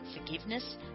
forgiveness